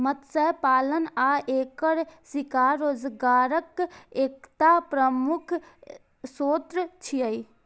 मत्स्य पालन आ एकर शिकार रोजगारक एकटा प्रमुख स्रोत छियै